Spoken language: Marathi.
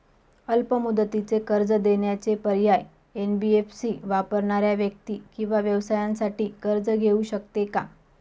अल्प मुदतीचे कर्ज देण्याचे पर्याय, एन.बी.एफ.सी वापरणाऱ्या व्यक्ती किंवा व्यवसायांसाठी कर्ज घेऊ शकते का?